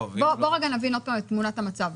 בוא נבין את תמונת המצב.